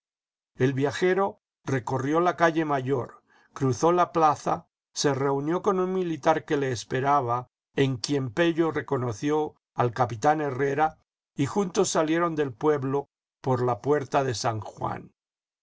el viajero recorrió la calle mayor cruzó la plaza se reunió con un militar que le esperaba en quien pello reconoció al capitán herrera y juntos salieron del pueblo por la puerta de san juan